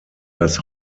das